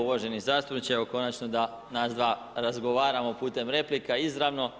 Uvaženi zastupniče, evo konačno da nas dva razgovaramo putem replika izravno.